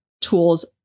tools